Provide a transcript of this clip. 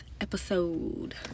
episode